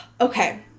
Okay